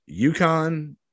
UConn